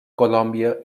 colòmbia